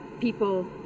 people